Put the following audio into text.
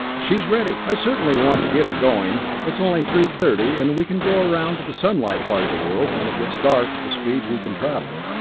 she's ready! i certainly want to get her going it's only three-thirty, and we can go around to the sunlight part of the world when it gets dark at the speeds we can travel.